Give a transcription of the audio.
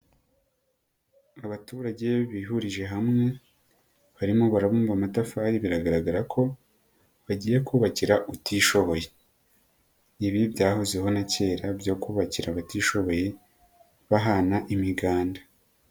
Abaturage bihurije hamwe barimo barabumba amatafari biragaragara ko bagiye kubakira utishoboye, ibi byahozeho na kera byo kubakira abatishoboye bahana imiganda.